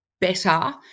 better